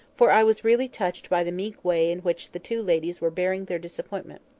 for i was really touched by the meek way in which the two ladies were bearing their disappointment.